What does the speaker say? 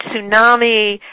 tsunami